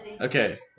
Okay